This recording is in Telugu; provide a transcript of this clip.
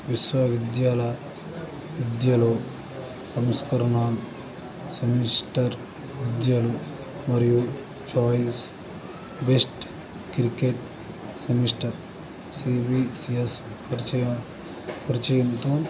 విశ్వవిద్యాలయ విద్యలో సంస్కరణ సెమిస్టర్ విద్యలు మరియు choice based credit semester CBCS పరిచయం పరిచయంతో